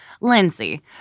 Lindsay